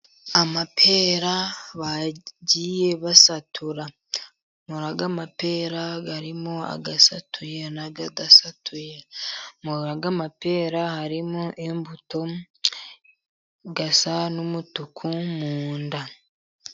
Amapera bagiye basatura muraya mapera harimo asatuye nadasatuye, muri aya mapera harimo imbuto zisa n'umutuku mu nda.